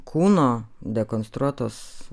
kūno dekonstruotos